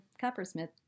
coppersmith